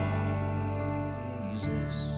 Jesus